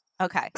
Okay